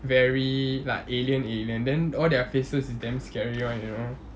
very like alien alien then all their faces is damn scary [one] you know